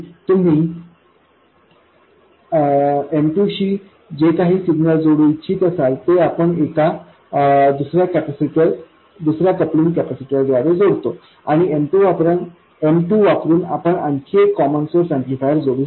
आणि तुम्ही M2 शी जे काही सिग्नल जोडू इच्छित असाल ते आपण एका दुसऱ्या कपलिंग कॅपॅसिटरद्वारे जोडतो आणि M2 वापरुन आपण आणखी एक कॉमन सोर्स ऍम्प्लिफायर जोडू शकतो